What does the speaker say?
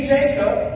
Jacob